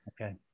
Okay